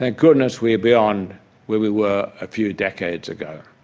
ah goodness we are beyond where we were a few decades ago.